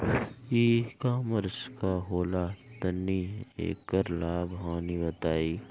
ई कॉमर्स का होला तनि एकर लाभ हानि बताई?